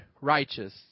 righteous